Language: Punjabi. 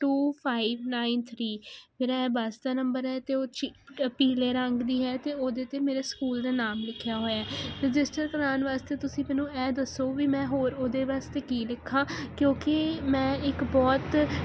ਟੂ ਫਾਈਵ ਨਾਈਨ ਥਰੀ ਮੇਰਾ ਇਹ ਬਸ ਦਾ ਨੰਬਰ ਹੈ ਅਤੇ ਉਹ ਛ ਪੀਲੇ ਰੰਗ ਦੀ ਹੈ ਅਤੇ ਉਹਦੇ 'ਤੇ ਮੇਰੇ ਸਕੂਲ ਦਾ ਨਾਮ ਲਿਖਿਆ ਹੋਇਆ ਹੈ ਰਜਿਸਟਰ ਕਰਾਉਣ ਵਾਸਤੇ ਤੁਸੀਂ ਮੈਨੂੰ ਇਹ ਦੱਸੋ ਵੀ ਮੈਂ ਹੋਰ ਉਹਦੇ ਵਾਸਤੇ ਕੀ ਲਿਖਾਂ ਕਿਉਂਕਿ ਮੈਂ ਇੱਕ ਬਹੁਤ ਠੀਕ